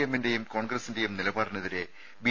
എമ്മിന്റെയും കോൺഗ്രസ്സിന്റെയും നിലപാടിനെതിരെ ബി